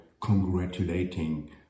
congratulating